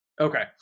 Okay